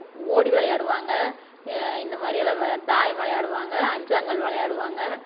ஓடி விளையாடுவாங்க இந்தமாதிரி எல்லாம் தாயம் விளையாடுவாங்க அஞ்சாங்கல் விளையாடுவாங்க